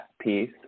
piece